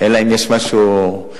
אלא אם כן יש משהו אחר.